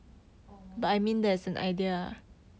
orh